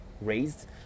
raised